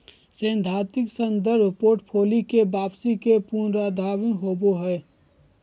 सैद्धांतिक संदर्भ पोर्टफोलि के वापसी के पुनरुत्पादन होबो हइ